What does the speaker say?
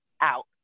out